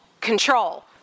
control